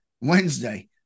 wednesday